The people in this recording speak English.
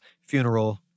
funeral